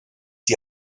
die